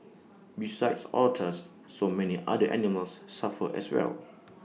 besides otters so many other animals suffer as well